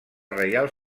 reial